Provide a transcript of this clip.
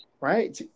right